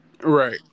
Right